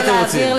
בבקשה, לא סיימתי.